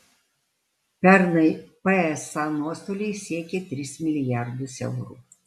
pernai psa nuostoliai siekė tris milijardus eurų